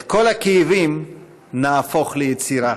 את כל הכאבים נהפוך ליצירה